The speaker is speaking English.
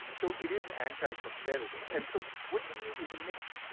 so it is anti-competitive, and so what you need is a mix,